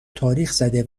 تاریخزده